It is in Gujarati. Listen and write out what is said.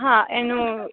હા એનું